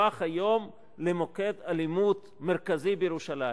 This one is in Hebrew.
הפך היום למוקד אלימות מרכזי בירושלים.